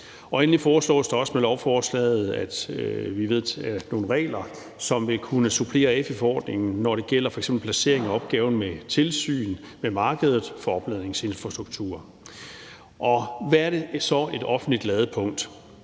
Endelig foreslås der også med lovforslaget nogle regler, som vil kunne supplere AFI-forordningen, når det gælder f.eks. placering af opgaven med tilsyn med markedet for opladningsinfrastruktur. Hvad er så et offentligt ladepunkt?